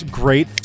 great